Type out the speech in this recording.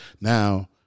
Now